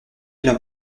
ville